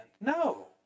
No